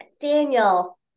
Daniel